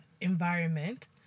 environment